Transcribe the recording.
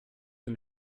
den